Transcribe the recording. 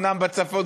אומנם בצפון,